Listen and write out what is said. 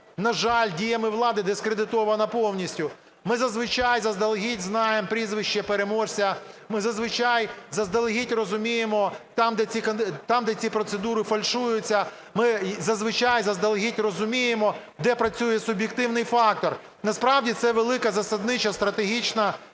на жаль, діями влади дискредитована повністю. Ми зазвичай заздалегідь знаємо прізвище переможця, ми зазвичай заздалегідь розуміємо, де ці процедури фальшуються, ми зазвичай заздалегідь розуміємо, де працює суб'єктивний фактор. Насправді це велика засаднича стратегічна